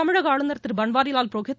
தமிழக ஆளுநர் திரு பன்வாரிலால் புரோஹித்